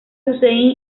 hussein